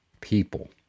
people